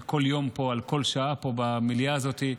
על כל יום פה, על כל שעה פה במליאה הזאת,